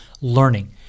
learning